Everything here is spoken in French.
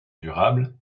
durable